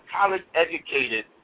college-educated